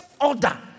order